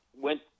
went